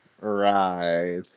Right